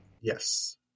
Yes